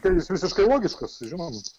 tai jis visiškai logiškas žinom